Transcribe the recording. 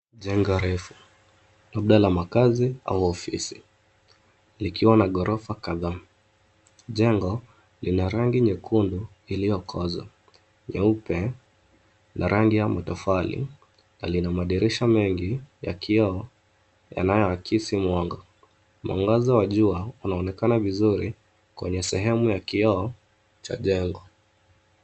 Jengo refu, labda la makazi au ofisi likiwa na ghorofa kadhaa. Jengo lina rangi nyekundu iliyokoza, nyeupe na rangi ya matofali na lina madirisha mengi ya kioo yanayoakisi mwanga. Mwangaza wa jua unaonekana vizuri kwenye sehemu ya kioo cha jengo.